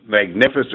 magnificent